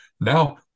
now